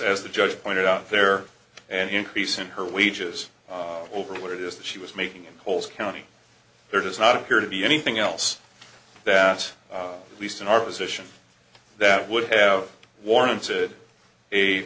as the judge pointed out there an increase in her wages over what it is that she was making in polls county there does not appear to be anything else that's least in our position that would have warranted a